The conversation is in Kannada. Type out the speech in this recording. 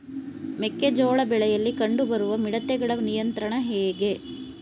ಮೆಕ್ಕೆ ಜೋಳ ಬೆಳೆಯಲ್ಲಿ ಕಂಡು ಬರುವ ಮಿಡತೆಗಳ ನಿಯಂತ್ರಣ ಹೇಗೆ?